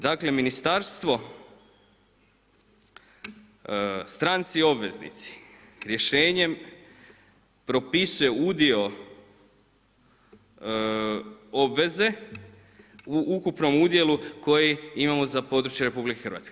Dakle ministarstvo, stranci i obveznici rješenjem propisuje udio obveze u ukupnom udjelu koji imamo za područje RH.